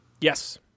Yes